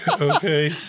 okay